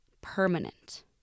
permanent